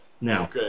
now